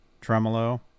tremolo